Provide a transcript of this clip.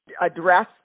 address